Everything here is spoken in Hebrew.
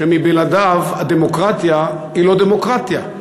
שבלעדיו הדמוקרטיה היא לא דמוקרטיה,